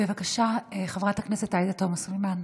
בבקשה, חברת הכנסת עאידה תומא סלימאן.